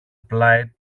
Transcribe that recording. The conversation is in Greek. πλάι